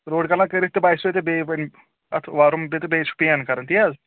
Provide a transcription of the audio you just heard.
root canal کٔرِتھ تہِ باسیوٚ تۄہہِ اَپٲری بیٚیہِ وَرَم تہِ تہٕ بیٚیہِ چھِ پین کَران تی حظ